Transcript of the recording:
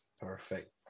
Perfect